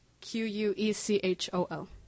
Q-U-E-C-H-O-L